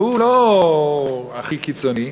והוא לא הכי קיצוני,